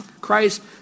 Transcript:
Christ